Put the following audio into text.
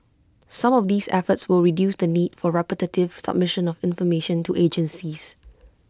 some of these efforts will reduce the need for repetitive submission of information to agencies